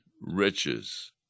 riches